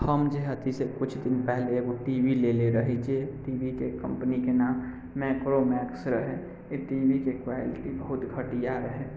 हम जे हथि से कुछ दिन पहिले टी वी लेले रही जे टीवीके कम्पनीके नाम माइक्रोमैक्स रहै ई टी वी के क्वालिटी बहुत घटिया रहै